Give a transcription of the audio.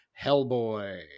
Hellboy